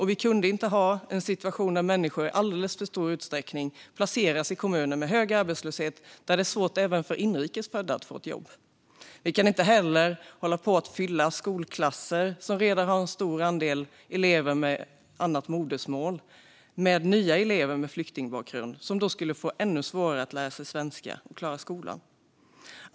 Vi kan inte ha en situation där människor i alldeles för stor utsträckning placeras i kommuner med hög arbetslöshet, där det är svårt även för inrikes födda att få ett jobb. Vi kan inte heller fylla på skolklasser som redan har en hög andel elever med annat modersmål med nya elever med flyktingbakgrund som då får ännu svårare att lära sig svenska och klara av skolan.